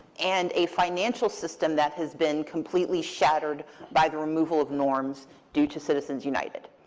and a financial system that has been completely shattered by the removal of norms due to citizens united.